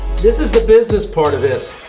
this is the business part of this.